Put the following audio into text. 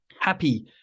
happy